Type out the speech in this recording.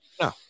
no